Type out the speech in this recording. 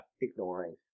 ignoring